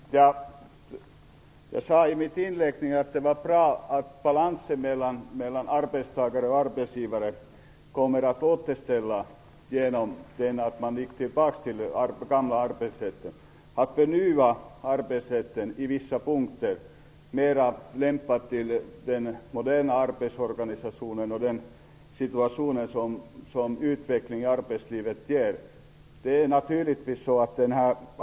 Herr talman! Jag sade i mitt inlägg att det var bra att balansen mellan arbetstagare och arbetsgivare kommer att återställas genom att man gick tillbaka till de gamla reglerna i arbetsrätten, att de nya på vissa punkter mera var lämpade för den moderna arbetsorganisationen och den situation som utveckling i arbetslivet ger.